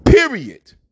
Period